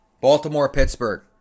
Baltimore-Pittsburgh